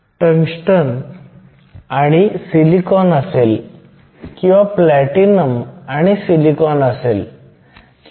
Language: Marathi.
तर तुमचे उत्तर देखील सेंटीमीटरमध्ये असेल तुम्ही त्यांना फक्त मायक्रो मीटरमध्ये रूपांतरित करू शकता